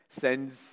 sends